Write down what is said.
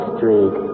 Street